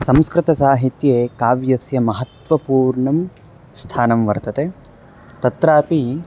संस्कृतसाहित्ये काव्यस्य महत्वपूर्णं स्थानं वर्तते तत्रापि